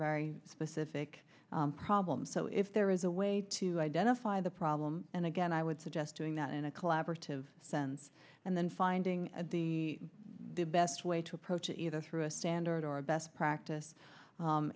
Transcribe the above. very specific problem so if there is a way to identify the problem and again i would suggest doing that in a collaborative sense and then finding the best way to approach it either through a standard or a best practice